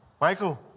michael